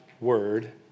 word